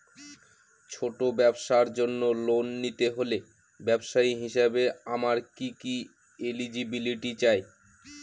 ছোট ব্যবসার জন্য লোন নিতে হলে ব্যবসায়ী হিসেবে আমার কি কি এলিজিবিলিটি চাই?